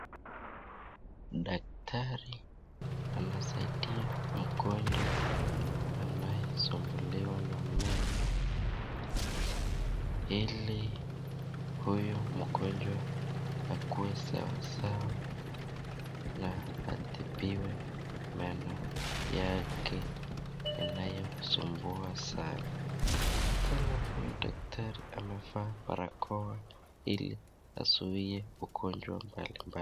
Dakitari anasaidia mgonjwa anaye sumbuliwa na meno ili huyu mgonjwa akuwe sawa sawa na atibiwe meno yake inayosumbua sana, tena huyu dakitari amevaa barakoa ili azuie ugonjwa mbali mbali.